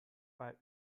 bei